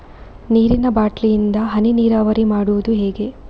ನೀರಿನಾ ಬಾಟ್ಲಿ ಇಂದ ಹನಿ ನೀರಾವರಿ ಮಾಡುದು ಹೇಗೆ?